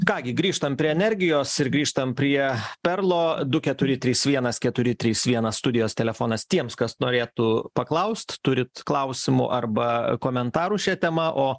ką gi grįžtam prie energijos ir grįžtam prie perlo du keturi trys vienas keturi trys vienas studijos telefonas tiems kas norėtų paklaust turit klausimų arba komentarų šia tema o